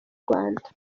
rwanda